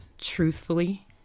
Truthfully